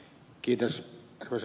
arvoisa puhemies